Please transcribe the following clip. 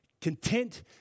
content